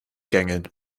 gängeln